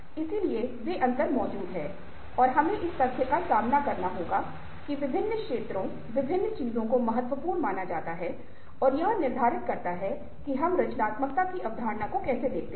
इसलिए वे अंतर मौजूद हैं और हमें इस तथ्य का सम्मान करना होगा कि विभिन्न क्षेत्रों विभिन्न चीजों को महत्वपूर्ण माना जाता है और यह निर्धारित करता है कि हम रचनात्मकता की अवधारणा को कैसे देखते हैं